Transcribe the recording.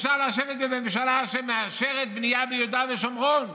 אפשר לשבת בממשלה שמאשרת בנייה ביהודה ושומרון.